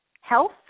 health